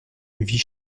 vit